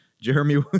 Jeremy